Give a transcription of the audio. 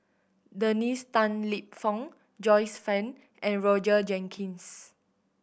Dennis Tan Lip Fong Joyce Fan and Roger Jenkins